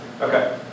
Okay